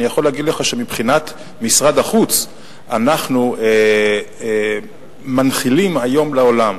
אני יכול להגיד לך שמבחינת משרד החוץ אנחנו מנחילים היום לעולם,